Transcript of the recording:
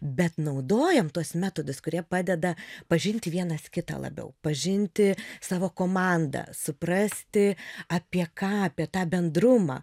bet naudojam tuos metodus kurie padeda pažinti vienas kitą labiau pažinti savo komandą suprasti apie ką apie tą bendrumą